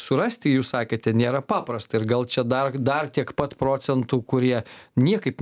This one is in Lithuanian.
surasti jūs sakėte nėra paprasta ir gal čia dar dar tiek pat procentų kurie niekaip